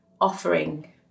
offering